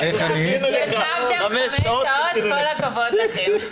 ישבתם חמש שעות, כל הכבוד לכם.